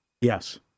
Yes